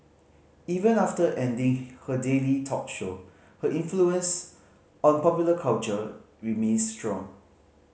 even after ending her daily talk show her influence on popular culture remains strong